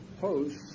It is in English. posts